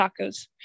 Tacos